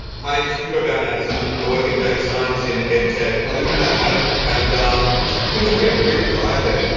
my name is hugo bowne-anderson. i work in data science in ed tech. i live in manhattan, and um things were getting really dire there.